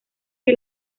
que